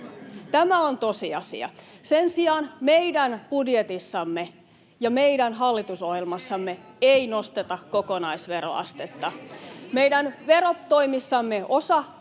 Tämä on tosiasia. Sen sijaan meidän budjetissamme ja meidän hallitusohjelmassamme ei nosteta kokonaisveroastetta. [Sosiaalidemokraattien